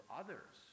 others